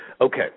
Okay